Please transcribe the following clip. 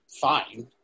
fine